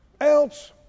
else